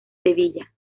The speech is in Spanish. sevilla